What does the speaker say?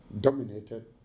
dominated